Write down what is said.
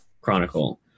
Chronicle